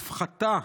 להפחתה